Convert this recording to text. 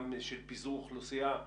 גם של פיזור אוכלוסייה,